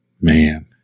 man